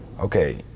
okay